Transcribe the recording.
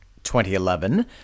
2011